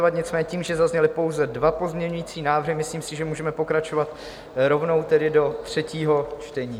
Nicméně tím, že zazněly pouze dva pozměňovací návrhy, myslím si, že můžeme pokračovat rovnou do třetího čtení.